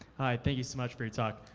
hi, thank you so much for your talk.